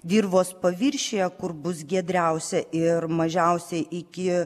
dirvos paviršiuje kur bus giedriausia ir mažiausiai iki